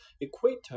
Equator